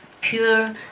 pure